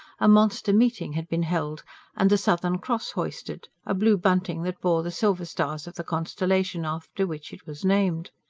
a monster meeting had been held and the southern cross hoisted a blue bunting that bore the silver stars of the constellation after which it was named.